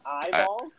eyeballs